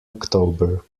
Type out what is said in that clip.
october